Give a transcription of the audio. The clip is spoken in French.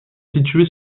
située